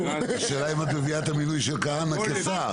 השאלה האם את מביאה את המינוי של כהנא כשר.